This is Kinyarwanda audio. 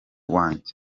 wanjye